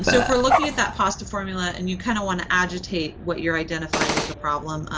so if we're looking at that pasta formula and you kind of want to agitate what you're identifying as the problem,